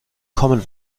common